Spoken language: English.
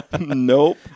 nope